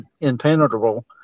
impenetrable